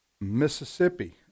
Mississippi